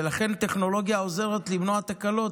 ולכן, טכנולוגיה עוזרת למנוע תקלות.